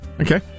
Okay